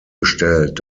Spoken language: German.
gestellt